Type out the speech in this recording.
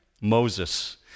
Moses